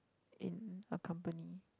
in a company